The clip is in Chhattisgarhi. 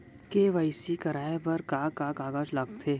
के.वाई.सी कराये बर का का कागज लागथे?